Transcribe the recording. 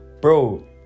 Bro